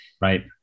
right